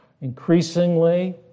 Increasingly